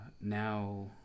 now